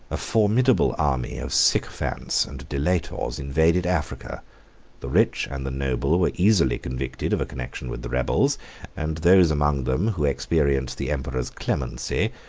a formidable army of sycophants and delators invaded africa the rich and the noble were easily convicted of a connection with the rebels and those among them who experienced the emperor's clemency,